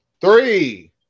Three